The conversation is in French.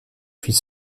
puis